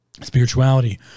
spirituality